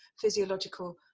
physiological